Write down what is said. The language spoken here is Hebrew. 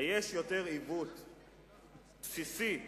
היש עיוות בסיסי,